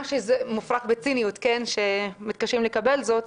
מופרך בציניות, שמתקשים לקבל זאת.